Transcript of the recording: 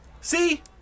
See